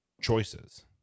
choices